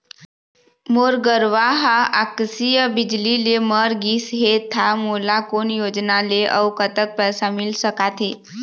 मोर गरवा हा आकसीय बिजली ले मर गिस हे था मोला कोन योजना ले अऊ कतक पैसा मिल सका थे?